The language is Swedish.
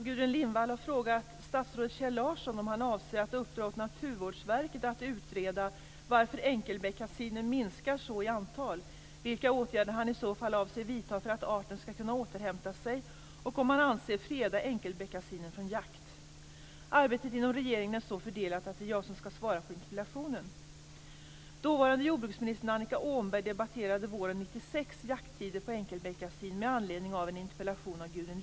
Gudrun Lindvall har frågat statsrådet Kjell Larsson om han avser att uppdra åt Naturvårdsverket att utreda varför enkelbeckasinen minskar så i antal, vilka åtgärder han i så fall avser vidta för att arten skall kunna återhämta sig och om han avser freda enkelbeckasinen från jakt. Arbetet inom regeringen är så fördelat att det är jag som skall svara på interpellationen.